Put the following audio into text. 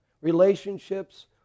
relationships